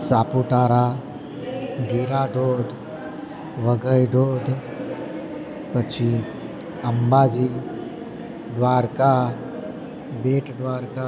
સાપુતારા ગીરા ધોધ વઘઈ ધોધ પછી અંબાજી દ્વારકા બેટ દ્વારકા